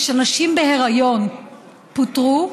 כשנשים בהיריון פוטרו,